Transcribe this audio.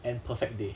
and perfect day